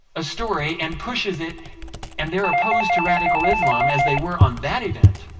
a story and pushes it and they're opposed to radical islam as they were on that event,